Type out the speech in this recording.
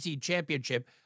championship